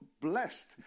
blessed